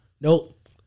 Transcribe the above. Nope